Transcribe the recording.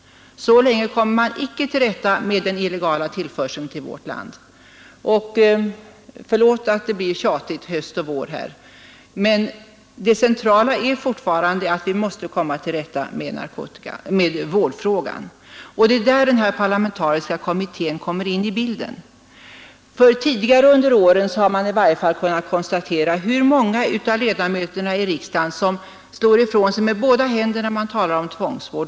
Så länge kommer vi icke till rätta med den illegala införseln till vårt land. Förlåt att det blir tjatigt här både höst och vår, men det centrala är fortfarande att vi måste klara av vårdfrågan. Det är där den parlamentariska kommittén kommer in i bilden. I varje fall tidigare under åren har man kunnat konstatera att många av riksdagsledamöterna slår ifrån sig med båda händerna när man talar om tvångsvård.